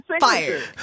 fire